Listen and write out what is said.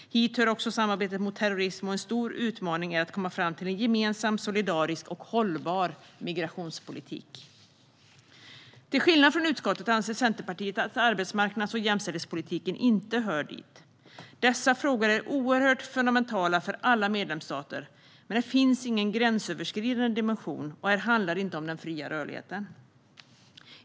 Hit hör också samarbetet mot terrorism, och en stor utmaning är att komma fram till en gemensam solidarisk och hållbar migrationspolitik. Till skillnad från utskottet anser Centerpartiet att arbetsmarknads och jämställdhetspolitiken inte hör hit. Dessa frågor är oerhört fundamentala för alla medlemsstater, men här finns ingen gränsöverskridande dimension och här handlar det inte om den fria rörligheten.